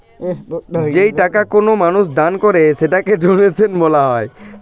যেই টাকা কোনো মানুষ দান করে সেটাকে ডোনেশন বলা হয়